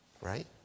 right